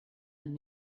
and